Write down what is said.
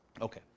Okay